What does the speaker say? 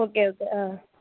okay okay ആ